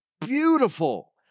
beautiful